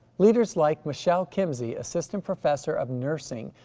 leaders like michelle kimzey, assistant professor of nursing,